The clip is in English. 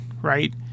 right